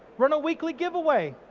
run a weekly giveaway.